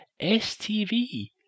STV